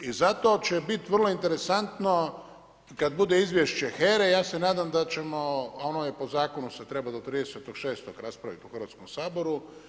I zato će bit vrlo interesantno kad bude izvješće HERA-e ja se nadam da ćemo, a ono je po zakonu se treba do 30.6. raspraviti u Hrvatskom saboru.